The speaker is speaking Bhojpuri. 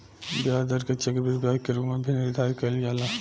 ब्याज दर के चक्रवृद्धि ब्याज के रूप में भी निर्धारित कईल जाला